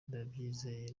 ndabyizeye